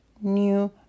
new